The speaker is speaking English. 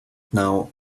now